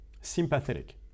Sympathetic